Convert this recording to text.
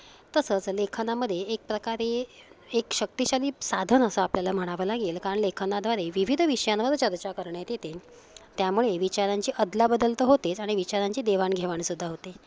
तसंच लेखनामध्ये एक प्रकारे एक शक्तिशाली साधन असं आपल्याला म्हणावं लागेल कारण लेखनाद्वारे विविध विषयांवर चर्चा करण्यात येते त्यामुळे विचारांची अदलाबदल तर होतेच आणि विचारांची देवाणघेवाणसुद्धा होते